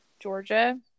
Georgia